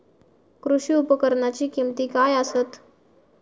कृषी उपकरणाची किमती काय आसत?